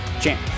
Champ